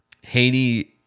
Haney